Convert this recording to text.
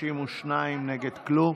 32 נגד כלום.